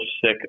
sick